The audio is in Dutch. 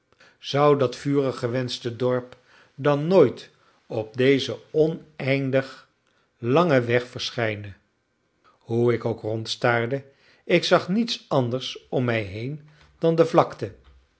zou dat vurig gewenschte dorp dan nooit op dezen oneindig langen weg verschijnen hoe ik ook rondstaarde ik zag niets anders om mij heen dan de vlakte